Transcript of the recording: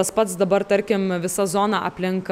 tas pats dabar tarkim visa zona aplink